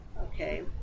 Okay